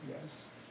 Yes